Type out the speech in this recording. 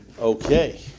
Okay